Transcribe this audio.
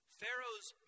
Pharaoh's